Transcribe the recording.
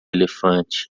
elefante